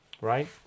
right